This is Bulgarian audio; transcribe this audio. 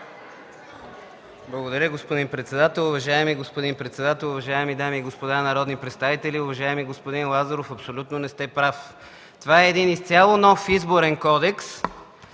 Благодаря, господин председател. Уважаеми господин председател, уважаеми дами и господа народни представители! Уважаеми господин Лазаров, абсолютно не сте прав. Това е изцяло нов Изборен кодекс,